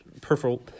Purple